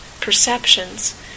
perceptions